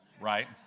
right